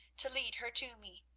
to lead her to me,